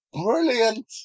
brilliant